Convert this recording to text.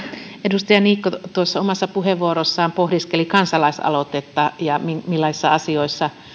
edustaja niikko omassa puheenvuorossaan pohdiskeli kansalaisaloitetta ja sitä millaisissa asioissa